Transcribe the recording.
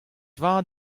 vat